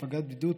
הפגת בדידות,